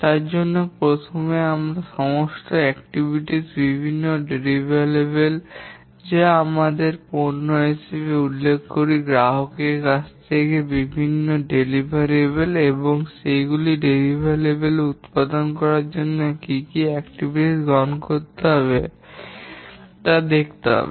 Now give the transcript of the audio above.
তার জন্য আমাদের প্রথমে সমস্ত কার্যক্রম বিভিন্ন বিতরণযোগ্য যা আমরা পণ্য হিসাবে উল্লেখ করি গ্রাহকের কাছে বিভিন্ন বিতরণযোগ্য এবং সেইগুলি বিতরণযোগ্য উৎপাদন করার জন্য কী কী কার্যক্রম গ্রহণ করা হবে তা দেখতে হবে